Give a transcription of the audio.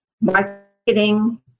marketing